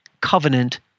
covenant